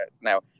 Now